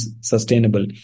sustainable